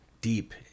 deep